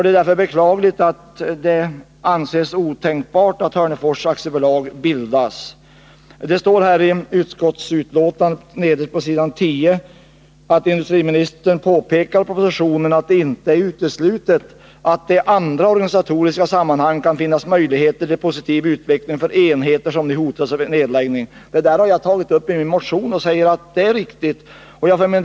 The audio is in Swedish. Det är därför beklagligt att det av utskottet anses otänkbart att ett nytt företag, Hörnefors AB, bildas. Nederst på s. 10 i betänkandet står det: ”Som industriministern påpekar i propositionen är det inte uteslutet att det i andra organisatoriska sammanhang kan finnas möjligheter till positiv utveckling för enheter som nu hotas av nedläggning.” Det har jag tagit upp i min motion, där jag säger att den bedömningen är riktig.